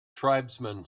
tribesman